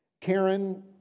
Karen